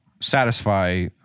satisfy